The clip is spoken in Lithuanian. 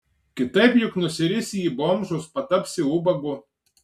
kitaip juk nusirisi į bomžus patapsi ubagu